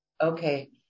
Okay